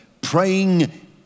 Praying